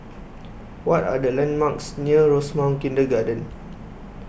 What Are The landmarks near Rosemount Kindergarten